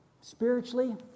spiritually